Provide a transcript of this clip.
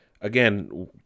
again